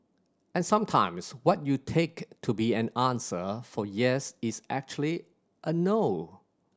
and sometimes what you take to be an answer for yes is actually a no